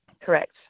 correct